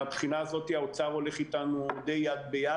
מבחינה זו האוצר הולך איתנו די יד ביד.